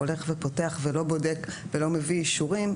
הולך ופותח ולא בודק ולא מביא אישורים,